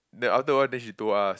then after awhile then she told us